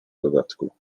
dodatku